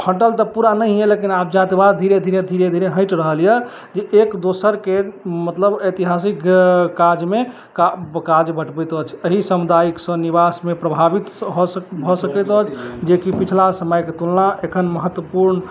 हटल तऽ पूरा नहियें लेकिन आब जातिवाद धीरे धीरे धीरे धीरे हटि रहल यऽ जे एक दोसरके मतलब ऐतिहासिक काजमे काज बटबैत अछि एहि समुदायिकसँ निवासमे प्रभावित भऽ सकैत अछि जेकि पिछला समयके तुलना एखन महत्वपूर्ण